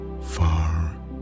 far